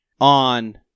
on